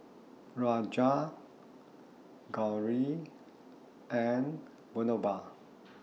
Raja Gauri and Vinoba